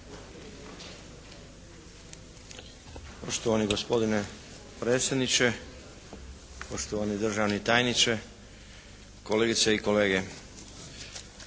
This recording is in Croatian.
Poštovani gospodine predsjedniče, poštovani državni tajniče, kolegice i kolege.